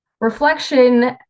reflection